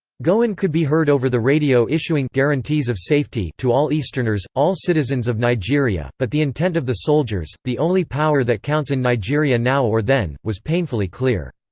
gowon could be heard over the radio issuing guarantees of safety to all easterners, all citizens of nigeria, but the intent of the soldiers, the only power that counts in nigeria now or then, was painfully clear.